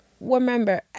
Remember